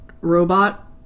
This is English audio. robot